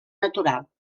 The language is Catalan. natural